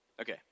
Okay